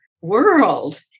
world